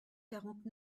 quarante